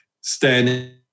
standing